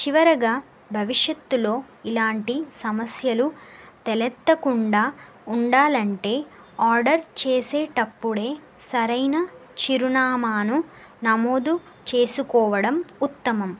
చివరగా భవిష్యత్తులో ఇలాంటి సమస్యలు తలేత్తకుండా ఉండాలంటే ఆర్డర్ చేసేటప్పుడే సరైన చిరునామాను నమోదు చేసుకోవడం ఉత్తమం